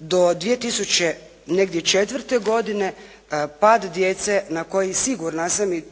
2004. godine pad djece na koji sigurna sam i